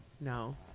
No